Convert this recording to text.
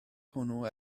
hwnnw